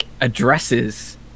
addresses